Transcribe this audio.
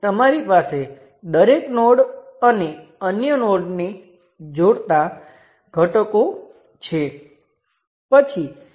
હવે રેઝિસ્ટરનું મૂલ્ય શું હોવું જોઈએ ચાલો કહીએ કે રેઝિસ્ટર પરનો વોલ્ટેજ VR છે અને રેઝિસ્ટરમાંથી કરંટ IR છે